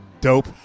dope